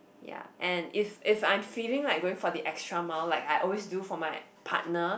ya and if if I'm feeling like going for the extra mile like I always do for my partner